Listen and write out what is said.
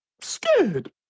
scared